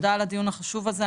תודה על הדיון החשוב הזה.